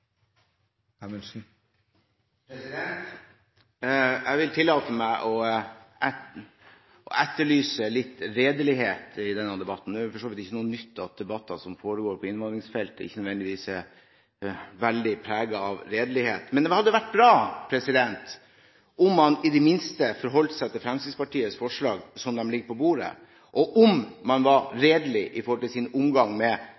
perspektiv. Jeg vil tillate meg å etterlyse litt redelighet i denne debatten. Nå er det for så vidt ikke noe nytt at debatter som handler om innvandringsfeltet, ikke nødvendigvis er veldig preget av redelighet, men det hadde vært bra om man i det minste forholdt seg til Fremskrittspartiets forslag, slik de ligger på bordet, og at man var redelig med